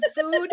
food